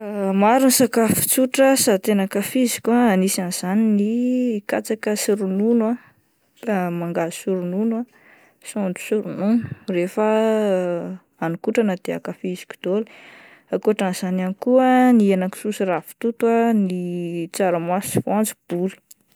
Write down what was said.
Maro ny sakafo tsotra sady tena ankafiziko ah, anisan'izany ny katsaka sy ronono ah, mangahazo sy ronono ah, saonjo sy ronono, rehefa hanin-kotrana dia ankafiziko daholo, akotran'izany ihany koa ny henakisoa sy ravitoto, ny tsaramaso sy voanjobory.